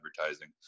advertising